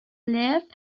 left